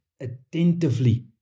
attentively